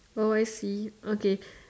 oh I see okay